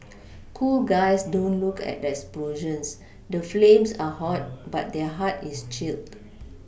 cool guys don't look at explosions the flames are hot but their heart is chilled